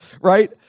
right